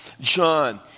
John